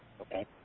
okay